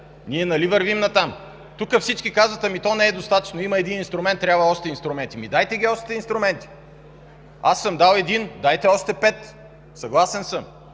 Ние нали вървим натам? Тук всички казват: ами, то не е достатъчно – има един инструмент, трябват още инструменти. Ами, дайте ги още тези инструменти! Аз съм дал един, дайте още пет! Съгласен съм.